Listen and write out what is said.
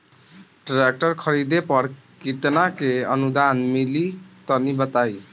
Tractor खरीदे पर कितना के अनुदान मिली तनि बताई?